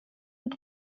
mit